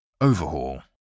Overhaul